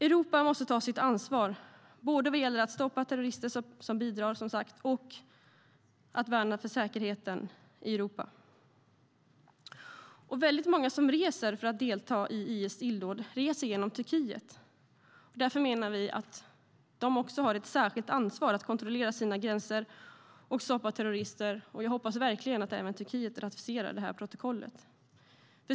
Europa måste som sagt ta sitt ansvar, både vad gäller att stoppa att terrorister bidrar till folkmord och att värna säkerheten i Europa. Många som reser för att delta i IS illdåd reser genom Turkiet. Därför menar vi att de har ett särskilt ansvar att kontrollera sina gränser och stoppa terrorister. Jag hoppas verkligen att även Turkiet ratificerar detta protokoll.